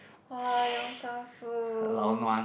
!wah! Yong-Tau-Foo